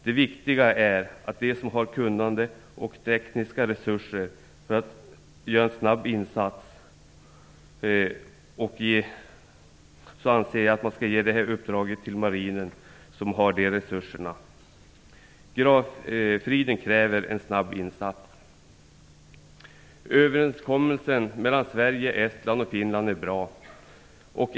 Det viktiga är att de som har kunnande och tekniska resurser för att göra en snabb insats får uppdraget. Jag anser att man skall ge detta uppdrag till Marinen, som har de resurserna. Gravfriden kräver en snabb insats. Finland är bra.